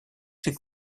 ses